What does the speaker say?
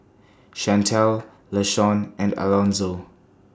Shantell Lashawn and Alonzo